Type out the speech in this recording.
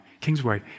Kingsway